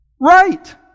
Right